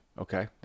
Okay